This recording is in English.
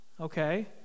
Okay